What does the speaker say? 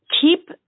keep